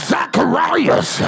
Zacharias